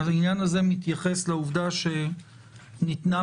העניין הזה מתייחס לעובדה שמראש ניתנה